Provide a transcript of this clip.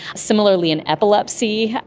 similarly in epilepsy,